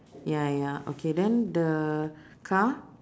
ya ya okay then the car